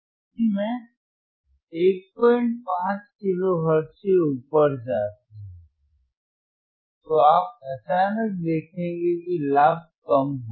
यदि मैं 15 kilohertz से ऊपर जाते हैं तो आप अचानक देखेंगे कि लाभ कम होगा